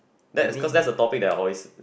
that's cause that's the topic that I always